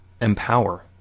empower